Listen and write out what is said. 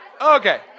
Okay